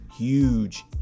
huge